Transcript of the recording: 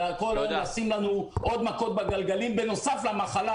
ולשים לנו עוד מקלות בגלגלים בנוסף למחלה